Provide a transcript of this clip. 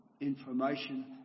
Information